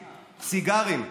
סיגרים,